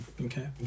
Okay